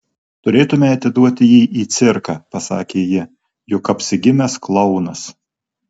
turėtumei atiduoti jį į cirką pasakė ji juk apsigimęs klounas